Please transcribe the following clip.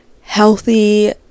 healthy